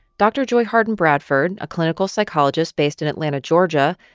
dr. joy harden bradford, a clinical psychologist based in atlanta, ga,